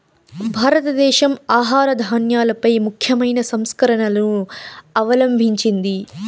భారతదేశం ఆహార ధాన్యాలపై ముఖ్యమైన సంస్కరణలను అవలంభించింది